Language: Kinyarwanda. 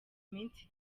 minsi